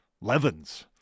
Levens